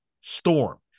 storm